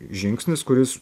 žingsnis kuris